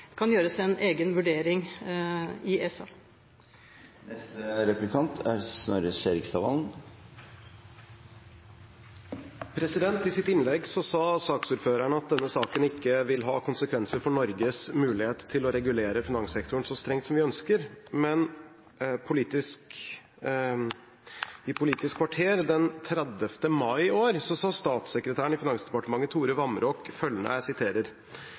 kan gjøres en egen vurdering i ESA. I sitt innlegg sa saksordføreren at denne saken ikke vil ha konsekvenser for Norges mulighet til å regulere finanssektoren så strengt som vi ønsker, men i Politisk kvarter den 30. mai i år sa statssekretæren i Finansdepartementet, Tore